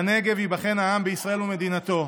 "בנגב ייבחן העם בישראל ומדינתו,